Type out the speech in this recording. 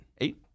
Eight